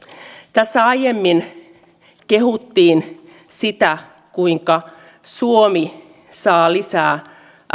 tässä aiemmin kehuttiin sitä kuinka suomi saa lisää